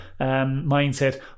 mindset